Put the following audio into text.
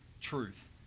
truth